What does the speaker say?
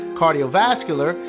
cardiovascular